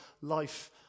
life